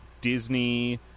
Disney